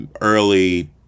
early